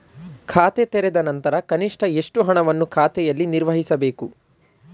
ಖಾತೆ ತೆರೆದ ನಂತರ ಕನಿಷ್ಠ ಎಷ್ಟು ಹಣವನ್ನು ಖಾತೆಯಲ್ಲಿ ನಿರ್ವಹಿಸಬೇಕು?